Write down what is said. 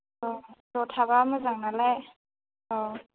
औ ज' थाब्ला मोजां नालाय औ